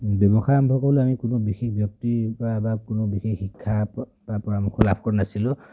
ব্যৱসায় আৰম্ভ কৰিবলৈ আমি কোনো বিশেষ ব্যক্তিৰ পৰা বা কোনো বিশেষ শিক্ষা বা পৰামৰ্শ লাভ কৰা নাছিলোঁ